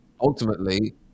ultimately